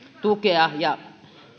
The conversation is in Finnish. tukea